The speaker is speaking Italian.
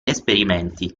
esperimenti